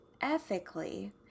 ethically